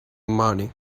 money